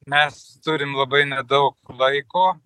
mes turim labai nedaug laiko